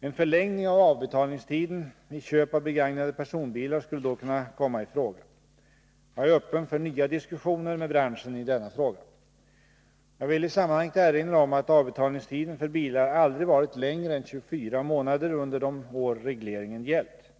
En förlängning av avbetalningstiden vid köp av begagnade personbilar skulle då kunna komma i fråga. Jag är öppen för nya diskussioner med branschen i denna fråga. Jag vill i sammanhanget erinra om att avbetalningstiden för bilar aldrig varit längre än 24 månader under de år regleringen gällt.